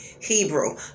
Hebrew